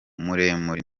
muremure